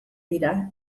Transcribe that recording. dira